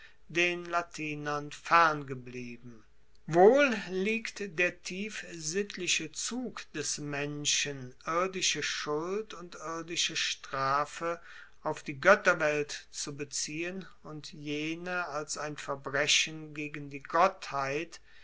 den latinern ferngeblieben wohl liegt der tief sittliche zug des menschen irdische schuld und irdische strafe auf die goetterwelt zu beziehen und jene als ein verbrechen gegen die gottheit